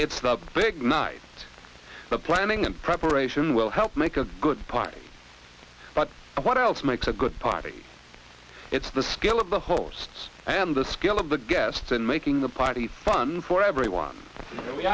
it's the big night but planning and preparation will help make a good party but what else makes a good party it's the skill of the hosts and the skill of the guests and making the party fun for everyone